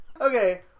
Okay